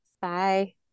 bye